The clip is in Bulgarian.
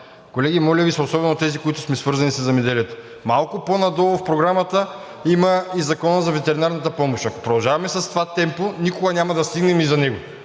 Колеги, моля Ви, особено тези, които сме свързани със земеделието. Малко по-надолу в Програмата има и Закон за ветеринарната помощ. Ако продължаваме с това темпо, никога няма да стигнем и до него.